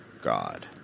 God